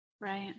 Right